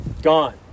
gone